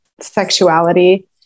sexuality